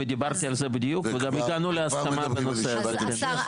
ודיברתי על זה וגם הגענו להסכמה בנושא הזה.